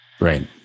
Right